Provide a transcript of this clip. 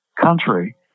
country